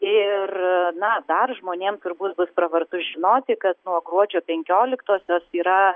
ir na dar žmonėm turbūt bus pravartu žinoti kad nuo gruodžio penkioliktosios yra